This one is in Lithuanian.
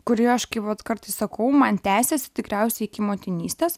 kuri aš kaip vat kartais sakau man tęsėsi tikriausiai iki motinystės